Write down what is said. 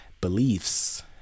beliefs